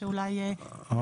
שאולי הוא יתייחס.